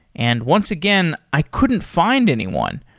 and once again, i couldn't find anyone,